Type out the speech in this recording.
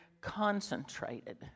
concentrated